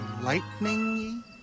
Lightning